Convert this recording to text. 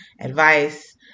advice